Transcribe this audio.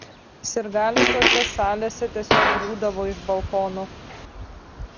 sirgaliai tose salėse tiesiog griūdavo iš balkonų